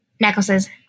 Necklaces